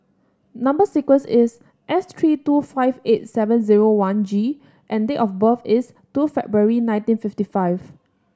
number sequence is S three two five eight seven zero one G and date of birth is two February nineteen fifty five